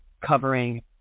covering